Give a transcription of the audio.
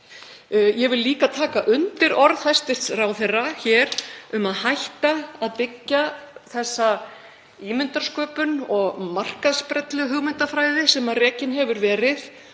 Ég vil líka taka undir orð hæstv. ráðherra um að hætta að byggja á þessari ímyndarsköpun og markaðsbrelluhugmyndafræði sem rekin hefur verið.